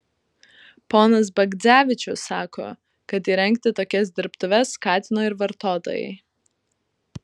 ponas bagdzevičius sako kad įrengti tokias dirbtuves skatino ir vartotojai